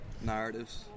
narratives